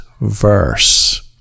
verse